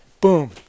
Boom